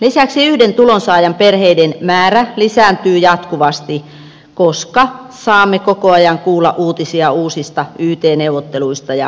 lisäksi yhden tulonsaajan perheiden määrä lisääntyy jatkuvasti koska saamme koko ajan kuulla uutisia uusista yt neuvotteluista ja irtisanomisista